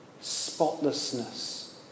spotlessness